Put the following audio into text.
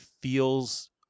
feels